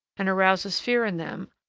and arouses fear in them,